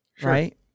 Right